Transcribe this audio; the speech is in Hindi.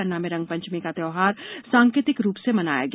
पन्ना में रंगपंचमी का त्योहार सांकेतिक रूप से मनाया गया